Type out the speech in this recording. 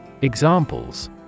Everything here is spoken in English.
Examples